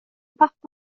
pappa